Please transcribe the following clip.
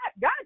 God